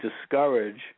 discourage